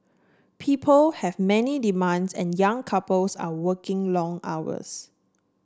people have many demands and young couples are working long hours